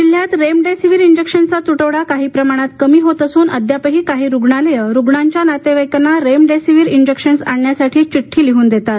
जिल्ह्यात रेमडेसिविर इंजेक्शन्सचा तुटवडा काही प्रमाणात कमी होत असून अद्यापही काही रुग्णालयं रुग्णांच्या नातेवाईकांना रेमडेसिविर इंजेक्शन्स आणण्यासाठी चिड्ठी लिहून देतात